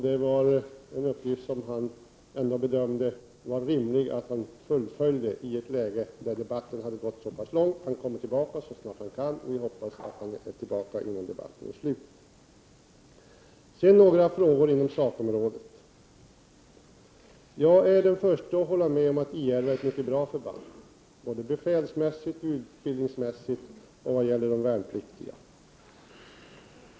Det var en uppgift som han bedömde vara rimlig att fullfölja i ett läge då debatten kommit så här långt. Han kommer tillbaka så snart han kan. Vi hoppas att han är tillbaka innan debatten är slut. Några frågor inom sakområdet. Jag är den förste att hålla med om att I 11 är ett mycket bra förband såväl befälsmässigt som utbildningsmässigt och vad gäller de värnpliktiga.